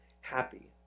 happy